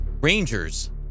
Rangers